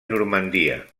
normandia